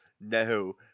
No